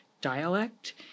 dialect